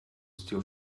still